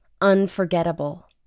unforgettable